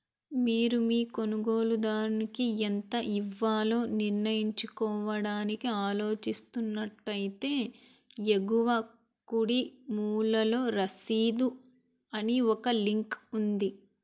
మీరు మీ కొనుగోలుదారునికి ఎంత ఇవ్వాలో నిర్ణయించుకోవడానికి ఆలోచిస్తున్నట్లు అయితే ఎగువ కుడి మూలలో రసీదు అని ఒక లింక్ ఉంది